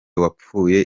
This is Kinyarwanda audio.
wapfuye